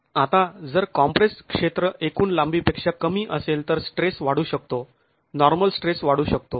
आता जर कॉम्प्रेस्ड् क्षेत्र एकूण लांबी पेक्षा कमी असेल तर स्ट्रेस वाढू शकतो नॉर्मल स्ट्रेस वाढू शकतो